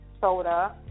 Soda